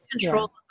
control